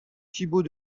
thibaut